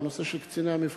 הוא הנושא של קציני המבחן.